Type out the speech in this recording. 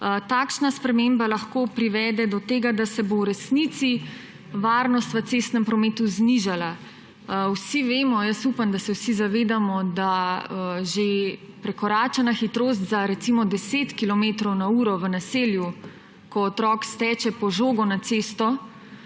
Takšna sprememba lahko privede do tega, da se bo v resnici varnost v cestnem prometu znižala. Vsi vemo, jaz upam, da se vsi zavedamo, da že prekoračena hitrost za, recimo, 10 kilometrov na uro v naselju, ko otrok steče po žogo na cesto,